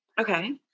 Okay